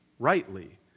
rightly